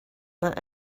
that